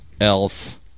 elf